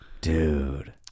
dude